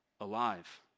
alive